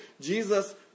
Jesus